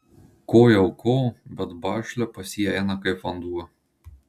ko jau ko bet bašlia pas jį eina kaip vanduo